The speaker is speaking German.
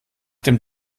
dem